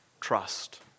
trust